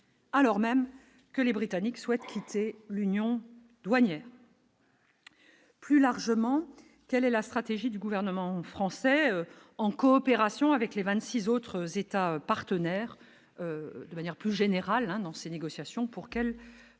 alors même que les Britanniques souhaitent quitter l'union douanière. Plus largement, quelle est la stratégie du gouvernement français en coopération avec les 26 autres États partenaires de manière plus générale, hein, dans ces négociations pour qu'elle progresse